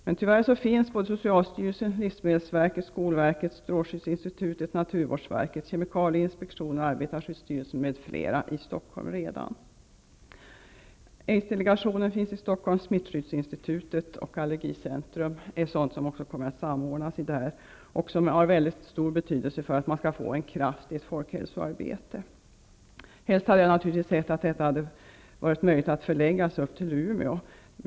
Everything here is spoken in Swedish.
Man tyvärr finns socialstyrelsen, livsmedelsverket, skolverket, strålskyddsinstitutet, naturvårdsverket, kemikalieinspektionen, arbetarskyddsstyrelsen m.fl. redan i Stockholm. Aidsdelegationen finns i Stockholm, och tillsammans med smittskyddsinstitutet och allergicentrum kommer den att samordnas med folkhälsoinstitutets arbete, vilket har väldigt stor betydelse för att man skall få ett kraftfullt folkhälsoarbete. Helst hade jag naturligtvis sett att det förlagts till Umeå.